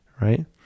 right